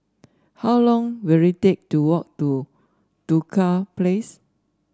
how long will it take to walk to Duku Place